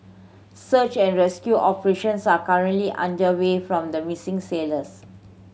search and rescue operations are currently underway form the missing sailors